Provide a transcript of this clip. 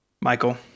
Michael